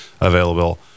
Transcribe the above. available